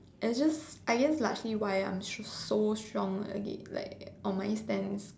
it's just I guess largely why I'm just so strong against like on my stand